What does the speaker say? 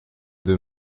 deux